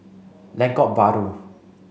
Lengkok Bahru